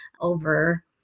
over